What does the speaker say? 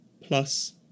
plus